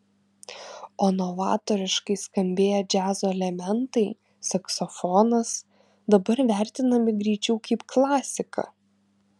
o novatoriškai skambėję džiazo elementai saksofonas dabar vertinami greičiau kaip klasika